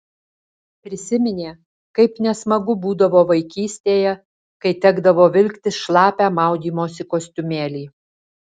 prisiminė kaip nesmagu būdavo vaikystėje kai tekdavo vilktis šlapią maudymosi kostiumėlį